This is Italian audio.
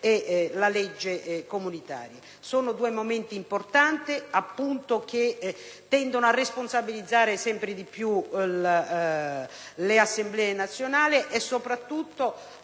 dalla legge comunitaria. Sono due momenti importanti che tendono a responsabilizzare sempre di più le Assemblee nazionali e soprattutto